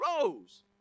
rose